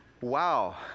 wow